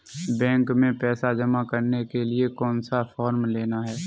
Bank में पैसा जमा करने के लिए कौन सा फॉर्म लेना है?